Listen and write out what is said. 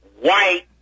white